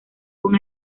con